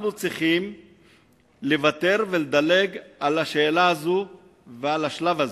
אנחנו צריכים לוותר ולדלג על השאלה הזאת ועל השלב הזה.